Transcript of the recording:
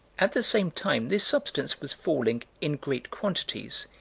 at the same time, this substance was falling in great quantities,